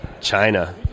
china